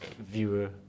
viewer